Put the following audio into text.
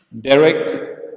Derek